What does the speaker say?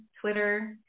Twitter